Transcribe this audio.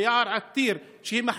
ביער יתיר.